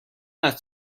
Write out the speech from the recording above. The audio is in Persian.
است